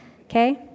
Okay